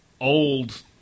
old